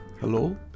Hello